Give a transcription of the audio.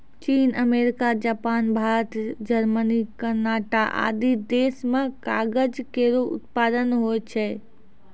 चीन, America, Japan, Bharat, Germany, Canada आदि देस म कागज केरो उत्पादन होय छै